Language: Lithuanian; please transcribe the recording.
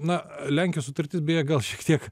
na lenkijos sutartis beje gal šiek tiek